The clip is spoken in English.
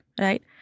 Right